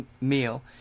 meal